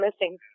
missing